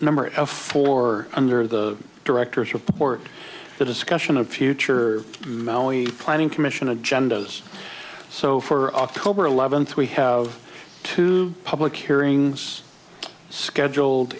number four under the directors report the discussion of future mally planning commission agendas so for october eleventh we have to public hearings scheduled